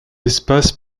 espaces